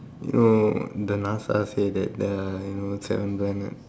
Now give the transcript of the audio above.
you know the NASA say that there are you know seven planets